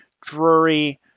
Drury